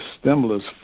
stimulus